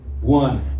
one